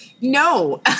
No